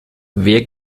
wer